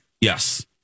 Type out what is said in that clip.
Yes